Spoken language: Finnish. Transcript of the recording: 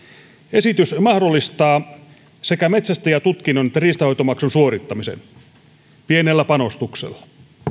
esitys mahdollistaa sekä metsästäjätutkinnon että riistanhoitomaksun suorittamisen pienellä panostuksella